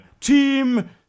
team